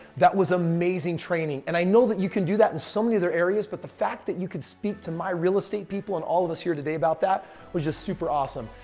that was amazing training. and i know that you can do that in so many other areas. but the fact that you could speak to my real estate people and all of us here today about that was just super awesome.